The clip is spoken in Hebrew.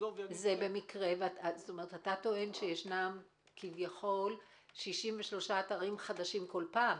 שיחזור- - אתה טוען שיש כביכול 63 אתרים חדשים כל פעם,